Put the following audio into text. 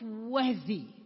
worthy